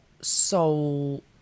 soul